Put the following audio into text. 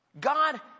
God